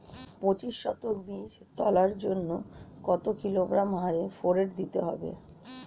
পঁচিশ শতক বীজ তলার জন্য কত কিলোগ্রাম হারে ফোরেট দিতে হবে?